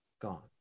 gone